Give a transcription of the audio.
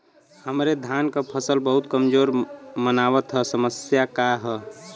हमरे धान क फसल बहुत कमजोर मनावत ह समस्या का ह?